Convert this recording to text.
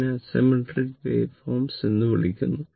ഇതിനെ asymmetric wave forms എന്ന് വിളിക്കുന്നു